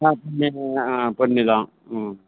ஆ பொன்னி ஆ பொன்னி தான் ம்